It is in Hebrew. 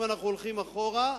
אם אנחנו הולכים אחורה,